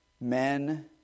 men